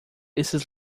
esses